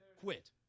Quit